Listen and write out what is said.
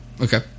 okay